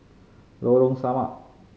Lorong Samak